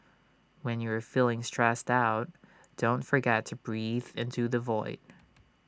when you are feeling stressed out don't forget to breathe into the void